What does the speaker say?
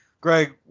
Greg